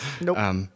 Nope